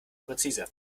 präzise